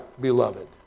beloved